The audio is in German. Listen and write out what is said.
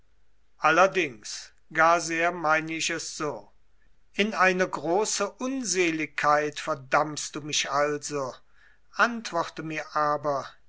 allerdings gar sehr meine ich es so in eine große unseligkeit verdammst du mich also antworte mir aber